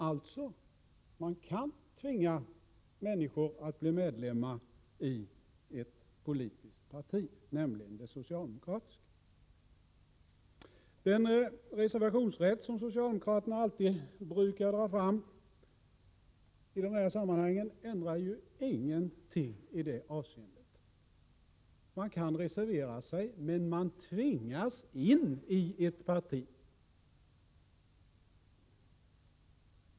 Alltså — man kan tvinga människor att bli medlemmar i ett politiskt parti, nämligen det socialdemokratiska. Den reservationsrätt som socialdemokraterna alltid brukar dra fram i dessa sammanhang ändrar ingenting i det här avseendet. Man kan reservera sig, men man tvingas in i ett parti.